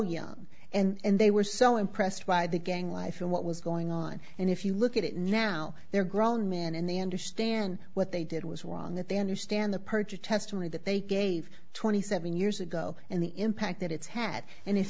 young and they were so impressed by the gang life and what was going on and if you look at it now they're grown men and they understand what they did was wrong that they understand the perjured testimony that they gave twenty seven years ago and the impact that it's had and if